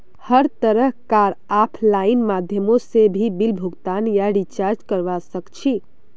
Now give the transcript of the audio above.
हर तरह कार आफलाइन माध्यमों से भी बिल भुगतान या रीचार्ज करवा सक्छी